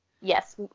Yes